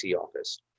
office